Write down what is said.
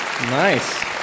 Nice